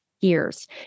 years